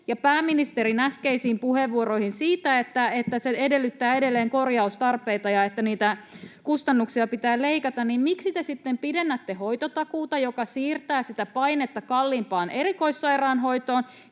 pääministerin äskeisiin puheenvuoroihin siitä, että se edellyttää edelleen korjaustarpeita ja että niitä kustannuksia pitää leikata, niin miksi te sitten pidennätte hoitotakuuta, joka siirtää sitä painetta kalliimpaan erikoissairaanhoitoon,